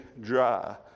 dry